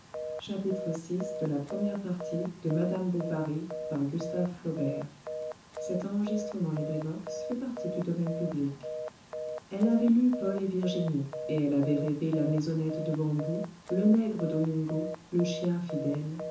elle avait lu paul et virginie et elle avait rêvé la maisonnette de bambous le nègre domingo le chien fidèle